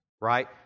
right